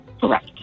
correct